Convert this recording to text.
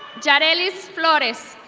jaraleez flores.